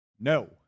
No